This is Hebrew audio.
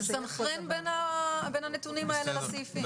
לסנכרן בין הנתונים האלה לבין הסעיפים.